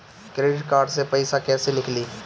Credit card से पईसा केइसे निकली?